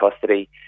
custody